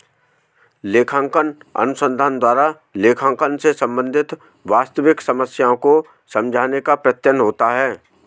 लेखांकन अनुसंधान द्वारा लेखांकन से संबंधित वास्तविक समस्याओं को समझाने का प्रयत्न होता है